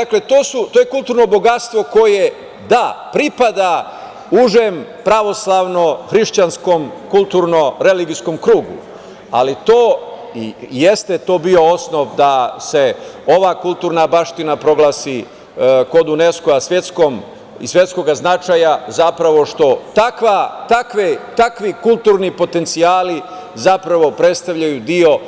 Dakle, to je kulturno bogatstvo koje da, pripada užem pravoslavno-hrišćanskom, kulturno-religijskom krugu, ali jeste to bio osnov da se ova kulturna baština proglasi kod UNESKO-a svetskog značaja zapravo što takvi kulturni potencijali zapravo predstavljaju deo